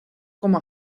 como